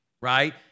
right